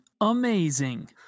amazing